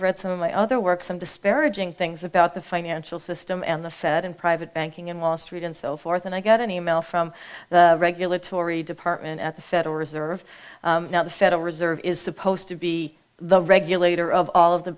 read some of my other work some disparaging things about the financial system and the fed and private banking and wall street and so forth and i got an e mail from the regulatory department at the federal reserve now the federal reserve is supposed to be the regulator of all of the